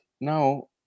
Now